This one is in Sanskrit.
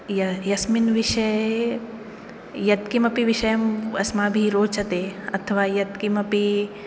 य यस्मिन्विषये यत् किमपि विषयम् अस्माभि रोचते अथवा यत्किमपि